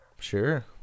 Sure